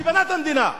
שבנה את המדינה בעמלו.